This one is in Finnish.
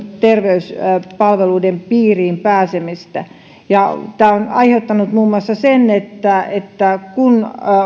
terveyspalveluiden piiriin pääsemistä tämä on aiheuttanut muun muassa sen että että kun